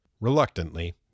Reluctantly